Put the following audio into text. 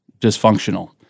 dysfunctional